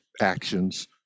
actions